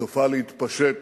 סופה להתפשט